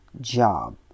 job